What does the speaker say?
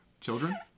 children